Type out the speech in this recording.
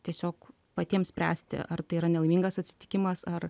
tiesiog patiems spręsti ar tai yra nelaimingas atsitikimas ar